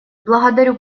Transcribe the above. благодарю